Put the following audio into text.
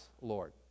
Lord